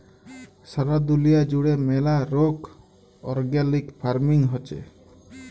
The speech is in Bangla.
সারা দুলিয়া জুড়ে ম্যালা রোক অর্গ্যালিক ফার্মিং হচ্যে